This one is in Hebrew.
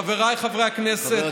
חבריי חברי הכנסת,